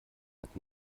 hat